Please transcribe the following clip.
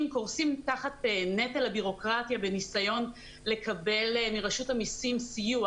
קורסים תחת נטל הביורוקרטיה בניסיון לקבל מרשות המסים סיוע